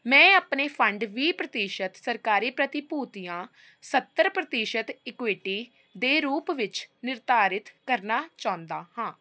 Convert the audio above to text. ਮੈਂ ਆਪਣੇ ਫੰਡ ਵੀਹ ਪ੍ਰਤੀਸ਼ਤ ਸਰਕਾਰੀ ਪ੍ਰਤੀਭੂਤੀਆਂ ਸੱਤਰ ਪ੍ਰਤੀਸ਼ਤ ਇਕੁਇਟੀ ਦੇ ਰੂਪ ਵਿੱਚ ਨਿਰਧਾਰਿਤ ਕਰਨਾ ਚਾਹੁੰਦਾ ਹਾਂ